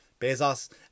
Bezos